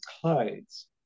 clothes